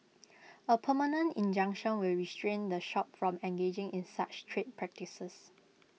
A permanent injunction will restrain the shop from engaging in such trade practices